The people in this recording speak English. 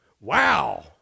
Wow